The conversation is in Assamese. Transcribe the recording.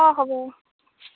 অঁ হ'ব